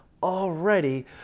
Already